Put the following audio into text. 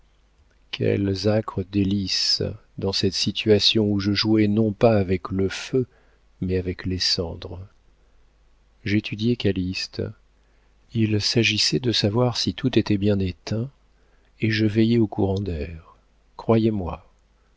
quelles âcres délices dans cette situation où je jouais non pas avec le feu mais avec les cendres j'étudiais calyste il s'agissait de savoir si tout était bien éteint et je veillais aux courants d'air croyez-moi